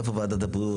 איפה ועדת הבריאות?